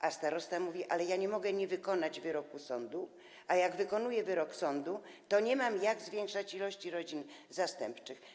A starosta mówi: ale ja nie mogę nie wykonać wyroku sądu, a jak wykonuję wyrok sądu, to nie mam możliwości zwiększania ilości rodzin zastępczych.